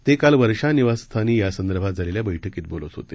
तेकालवर्षानिवासस्थानीयासंदर्भातझालेल्याबैठकीतबोलतहोते